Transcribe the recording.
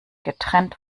getrennt